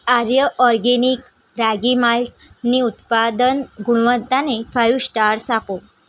આર્ય organic ragi માલ્ટની ઉત્પાદન ગુણવત્તાને ફાઇવ સ્ટાર્સ આપો